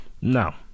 Now